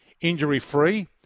injury-free